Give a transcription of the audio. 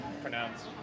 pronounced